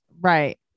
Right